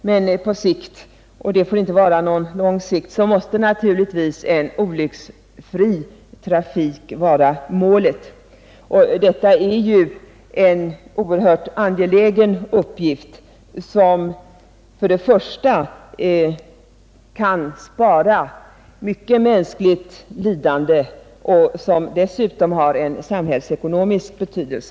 Men på sikt — och det får inte vara på någon lång sikt — måste naturligtvis en olycksfri trafik vara målet. Det är en angelägen uppgift som först och främst kan spara mycket mänskligt lidande men som dessutom har en samhällsekonomisk betydelse.